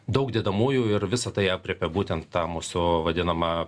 daug dedamųjų ir visa tai aprėpia būtent tą mūsų vadinamą